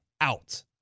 out